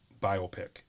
biopic